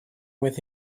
with